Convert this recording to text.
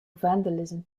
vandalism